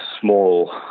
small